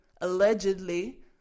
allegedly